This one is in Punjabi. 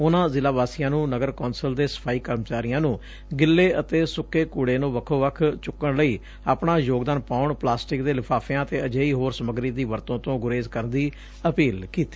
ਉਨਾਂ ਜ਼ਿਲਾ ਵਾਸੀਆਂ ਨੂੰ ਨਗਰ ਕੌਸਲ ਦੇ ਸਫ਼ਾਈ ਕਰਮਚਾਰੀਆਂ ਨੂੰ ਗਿੱਲੇ ਅਤੇ ਸੁੱਕੇ ਕੁੜੇ ਨੂੰ ਵੱਖ ਵੱਖ ਚੁੱਕਣ ਲਈ ਆਪਣਾ ਯੋਗਦਾਨ ਪਾਉਣ ਪਲਾਸੰਟਿਕ ਦੇ ਲਿਫਾਫਿਆਂ ਅਤੇ ਅਜਿਹੀ ਹੋਰ ਸਮੱਗਰੀ ਦੀ ਵਰਤੋ ਤੋਂ ਗੁਰੇਜ਼ ਕਰਨ ਦੀ ਅਪੀਲ ਕੀਤੀ